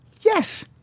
Yes